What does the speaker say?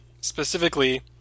specifically